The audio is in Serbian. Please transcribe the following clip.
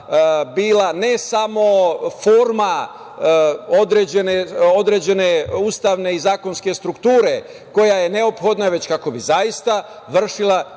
bila ne samo forma određene ustavne i zakonske strukture, koja je neophodna, već kako bi zaista vršile